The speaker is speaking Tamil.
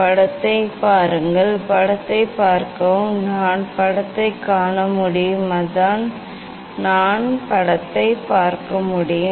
படத்தைப் பாருங்கள் படத்தைப் பார்க்கவும் நான் படத்தைக் காண முடியும் அதுதான் நான் படத்தைப் பார்க்க முடியும்